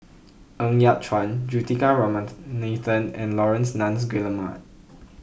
Ng Yat Chuan Juthika Ramanathan and Laurence Nunns Guillemard